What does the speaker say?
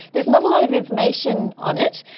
there is not a lot of information on it.